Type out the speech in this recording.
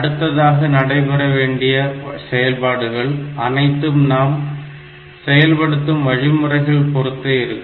அடுத்ததாக நடைபெறவேண்டிய செயல்பாடுகள் அனைத்தும் நாம் செயல்படுத்தும் வழிமுறைகளை பொறுத்தே இருக்கும்